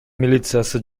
милициясы